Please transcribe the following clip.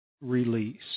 release